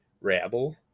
rabble